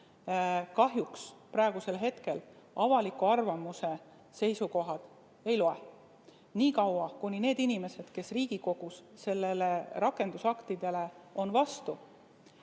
kahjuks praegusel hetkel avaliku arvamuse seisukohad ei loe, niikaua kuni need inimesed, kes Riigikogus nendele rakendusaktidele on vastu,